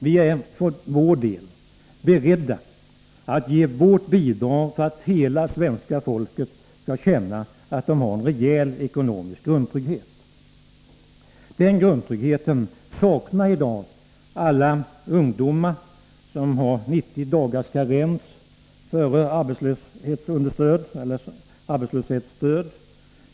Vi är för vår del beredda att ge vårt bidrag för att hela svenska folket skall känna att man har en rejäl ekonomisk grundtrygghet. Den grundtryggheten saknar i dag alla ungdomar som har 90 dagars karens före arbetslöshetsstöd.